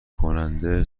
کننده